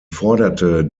forderte